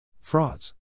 Frauds